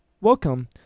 Welcome